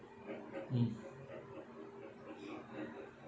mm